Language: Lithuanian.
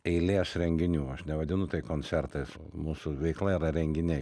eilės renginių aš nevadinu tai koncertais mūsų veikla yra renginiai